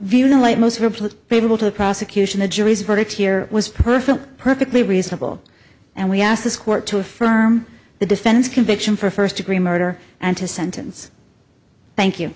replies favorable to the prosecution the jury's verdict here was perfectly perfectly reasonable and we asked this court to affirm the defense conviction for first degree murder and to sentence thank you